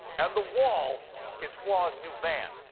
and the wall is flaw's new van.